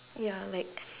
ya like